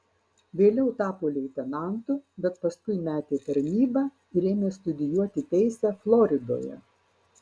vėliau tapo leitenantu bet paskui metė tarnybą ir ėmė studijuoti teisę floridoje